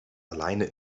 alleine